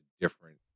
different